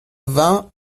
vingts